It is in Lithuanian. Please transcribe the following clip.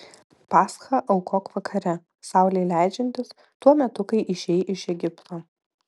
paschą aukok vakare saulei leidžiantis tuo metu kai išėjai iš egipto